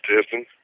testing